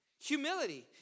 Humility